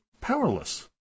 powerless